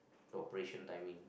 operation timing